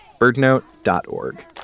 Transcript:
birdnote.org